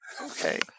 Okay